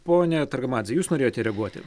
ponia targamadze jūs norėjote reaguoti